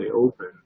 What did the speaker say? open